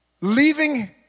leaving